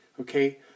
okay